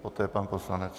Poté pan poslanec.